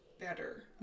better